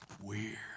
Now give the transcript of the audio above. Weird